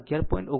39